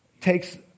takes